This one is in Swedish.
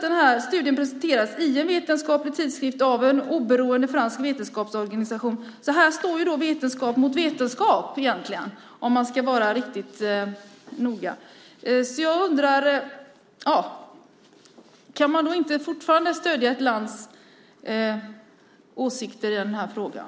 Den här studien presenterades i en vetenskaplig tidskrift av en oberoende fransk vetenskapsorganisation. Här står vetenskap mot vetenskap, om man ska vara riktigt noga. Kan man fortfarande inte stödja ett lands åsikt i den här frågan?